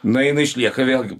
na jinai išlieka vėlgi